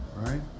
right